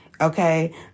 okay